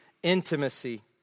Intimacy